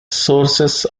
sources